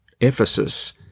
Ephesus